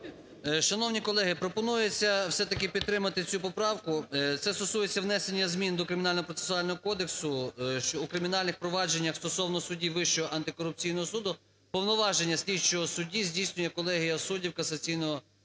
Шановні колеги, пропонується все-таки підтримати цю поправку. Це стосується внесення змін до Кримінального процесуального кодексу, що у кримінальних провадженнях стосовно судді Вищого антикорупційного суду повноваження слідчого судді здійснює колегія суддів Касаційного